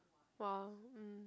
!wow! mm